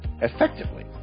effectively